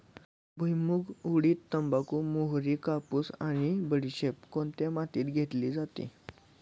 भुईमूग, उडीद, तंबाखू, मोहरी, कापूस आणि बडीशेप कोणत्या मातीत घेतली जाते?